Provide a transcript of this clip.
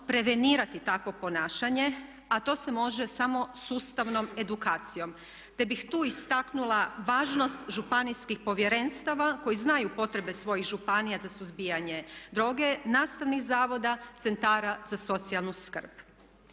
prevenirati takvo ponašanje, a to se može samo sustavnom edukacijom, te bih tu istaknula važnost županijskih povjerenstava koji znaju potrebe svojih županija za suzbijanje droge, nastavnih zavoda, centara za socijalnu skrb.